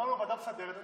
ואמרנו ועדה מסדרת,